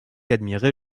admirer